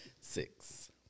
six